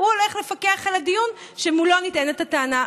והוא הולך לפקח על הדיון כשמולו נטענת הטענה.